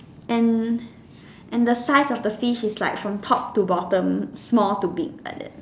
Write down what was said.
and and the size of the fish is like from top to bottom small to big like that